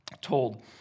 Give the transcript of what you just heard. told